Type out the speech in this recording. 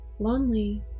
lonely